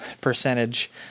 percentage